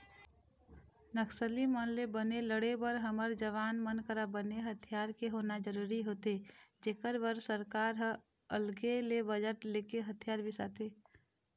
नक्सली मन ले बने लड़े बर हमर जवान मन करा बने हथियार के होना जरुरी होथे जेखर बर सरकार ह अलगे ले बजट लेके हथियार बिसाथे